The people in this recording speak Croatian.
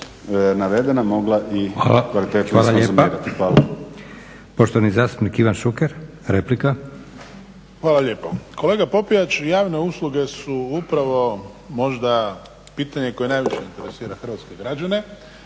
zakon. Hvala lijepa.